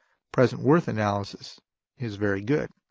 present worth analysis is very good.